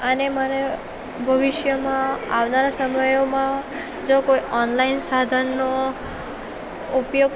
અને મને ભવિષ્યમાં આવનારા સમયમાં જો કોઈ ઓનલાઈન સાધનનો ઉપયોગ